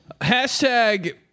Hashtag